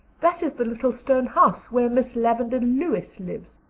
that is the little stone house where miss lavendar lewis lives.